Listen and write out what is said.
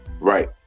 Right